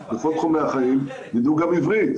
בכל תחומי החיים יידעו גם עברית.